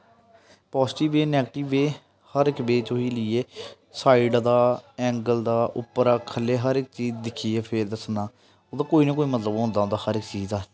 positive way negative way हर इक way च उसी लेइयै साइड दा एंगल दा उप्परा ख'ल्ले हर इक चीज दिक्खियै फिर दस्सना ओह्दा कोई ना कोई मतलब औंदा गै औंदा हर इक चीज दा